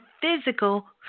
physical